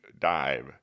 dive